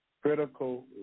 Critical